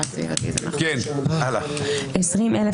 ההסתייגויות הוסרו.